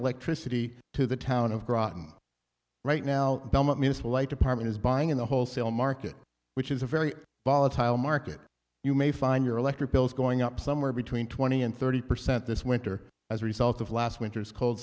electricity to the town of groton right now municipal light department is buying in the wholesale market which is a very volatile market you may find your electric bill is going up somewhere between twenty and thirty percent this winter as a result of last winter's cold